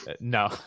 No